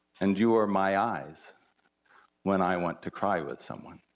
and you are my eyes when i want to cry with someone.